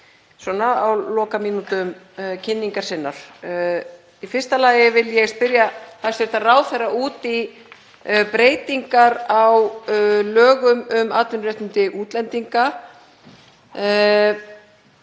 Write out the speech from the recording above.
hér á lokamínútum kynningar sinnar. Í fyrsta lagi vil ég spyrja hæstv. ráðherra út í breytingar á lögum um atvinnuréttindi útlendinga.